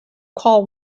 call